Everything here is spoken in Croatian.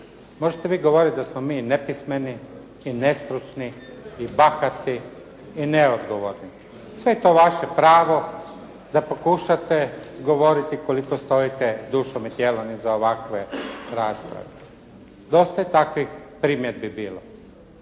možete vi govoriti da smo mi nepismeni i nestručni i bahati i neodgovorni. Sve je to vaše pravo da pokušate govoriti koliko stojite dušom i tijelom iza ovakve rasprave. Dosta je takvih primjedbi bilo.